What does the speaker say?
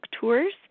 Tours